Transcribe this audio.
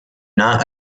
not